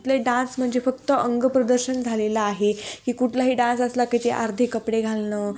ले डान्स म्हणजे फक्त अंग प्रदर्शन झालेलं आहे की कुठलाही डान्स असला की ते अर्धे कपडे घालणं